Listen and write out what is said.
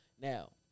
Now